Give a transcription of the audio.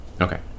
Okay